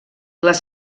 les